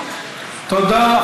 תודה.